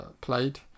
played